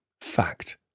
Fact